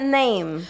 name